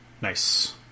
Nice